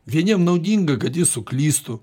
vieniem naudinga kad jis suklystų